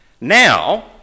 Now